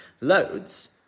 loads